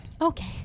Okay